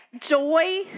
Joy